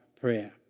prayer